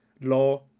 law